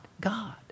God